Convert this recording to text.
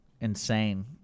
insane